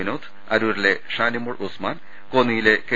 V നോദ് അരൂരിലെ ഷാനിമോൾ ഉസ്മാൻ കോന്നിയിലെ K